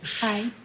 Hi